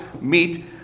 meet